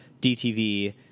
DTV